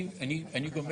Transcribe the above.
אני גומר.